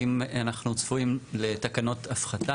האם אנחנו צפויים לתקנות הפחתה?